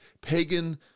pagan